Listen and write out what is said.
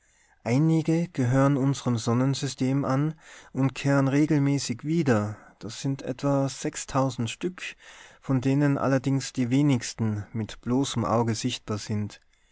einige gehören unserem sonnensystem an und kehren regelmäßig wieder das sind etwa stück von denen allerdings die wenigsten mit bloßem auge sichtbar sind